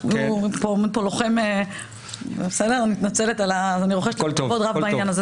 אני רוחשת לך כבוד רב בעניין הזה